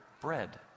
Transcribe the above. bread